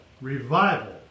revival